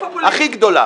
הכי גדולה.